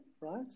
right